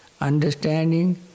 understanding